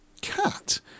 Cat